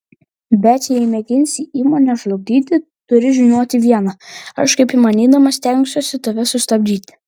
bet jei mėginsi įmonę žlugdyti turi žinoti viena aš kaip įmanydamas stengsiuosi tave sustabdyti